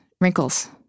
wrinkles